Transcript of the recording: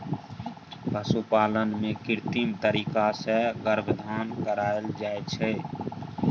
पशुपालन मे कृत्रिम तरीका सँ गर्भाधान कराएल जाइ छै